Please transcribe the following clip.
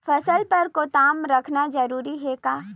फसल बर गोदाम रखना जरूरी हे का?